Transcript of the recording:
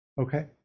Okay